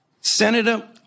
Senator